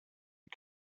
had